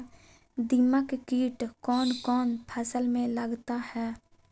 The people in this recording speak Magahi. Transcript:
दीमक किट कौन कौन फसल में लगता है?